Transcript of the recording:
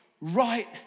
right